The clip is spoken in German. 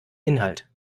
inhalt